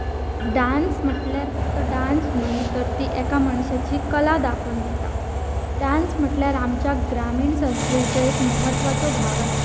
dance म्हटल्यार फक्त dance न्हू तर ती एका मनशाची कला दाखोवन दिता डांस म्हटल्यार आमच्या ग्रामीण संस्कृतीचो एक म्हत्वाचो भाग आसा